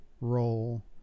role